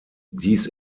dies